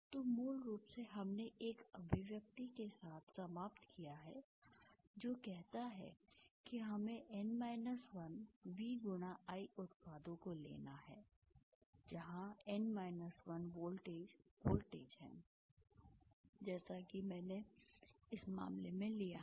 तो मूल रूप से हमने एक अभिव्यक्ति के साथ समाप्त किया है जो कहता है कि हमें N 1 V × I उत्पादों को लेना है जहां N 1 वोल्टेज वोल्टेज हैं जैसा कि मैंने इस मामले में लिया है